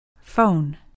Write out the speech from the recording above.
Phone